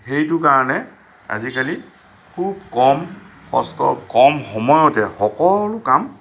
সেইটো কাৰণে আজিকালি খুব কম কষ্ট কম সময়তে সকলো কাম